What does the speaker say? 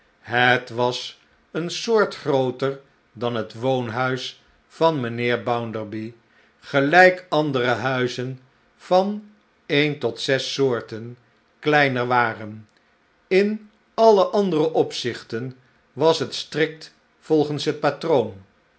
het was een soort grooter dan het woonhuis van mijnheer bounderby gelijk andere huizen van een tot zes soorten kleiner waren in alle andere opzichten was het strikt volgens het patroon